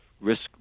risk